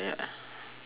ya